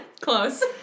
close